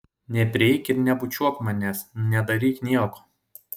neprieik ir nebučiuok manęs nedaryk nieko